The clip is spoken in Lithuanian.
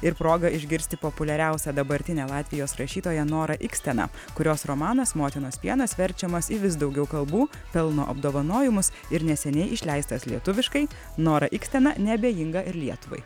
ir proga išgirsti populiariausia dabartinė latvijos rašytoja nora ikstena kurios romanas motinos pienas verčiamas į vis daugiau kalbų pelno apdovanojimus ir neseniai išleistas lietuviškai nora ikstena neabejinga ir lietuvai